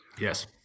Yes